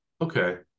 Okay